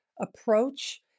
approach